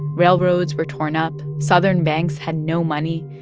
railroads were torn up, southern banks had no money,